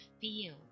feel